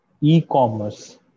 e-commerce